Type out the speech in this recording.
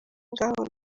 ngaho